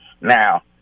Now